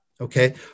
Okay